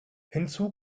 hinzu